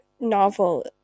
novel